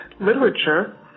literature